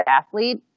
athlete